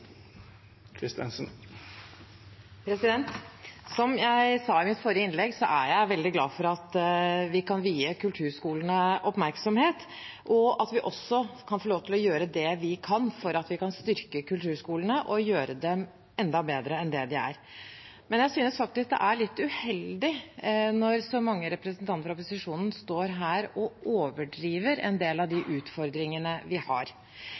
Som jeg sa i mitt forrige innlegg, er jeg veldig glad for at vi kan vie kulturskolene oppmerksomhet, og at vi også kan få lov til å gjøre det vi kan for å styrke kulturskolene og gjøre dem enda bedre enn de er. Men jeg synes faktisk det er litt uheldig når så mange representanter fra opposisjonen står her og overdriver en del av de utfordringene vi har.